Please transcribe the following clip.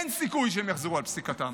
אין סיכוי שהם יחזרו על פסיקתם.